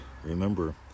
Remember